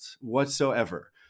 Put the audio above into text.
whatsoever